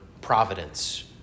providence